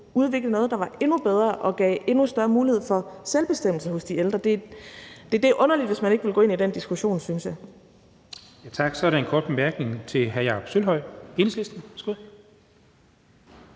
udvikle noget, der var endnu bedre og gav endnu større mulighed for selvbestemmelse hos de ældre? Det er underligt, hvis man ikke vil gå ind i den diskussion, synes jeg. Kl. 12:18 Den fg. formand (Jens Henrik